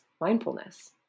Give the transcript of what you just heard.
mindfulness